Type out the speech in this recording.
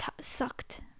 sucked